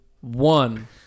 one